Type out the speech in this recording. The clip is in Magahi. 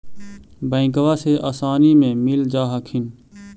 बैंकबा से आसानी मे मिल जा हखिन?